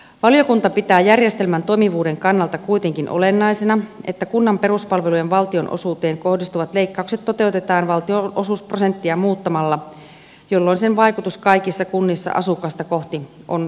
valiokunta pitää järjestelmän toimivuuden kannalta kuitenkin olennaisena että kunnan peruspalvelujen valtionosuuteen kohdistuvat leikkaukset toteutetaan valtionosuusprosenttia muuttamalla jolloin sen vaikutus kaikissa kunnissa asukasta kohti on yhtä suuri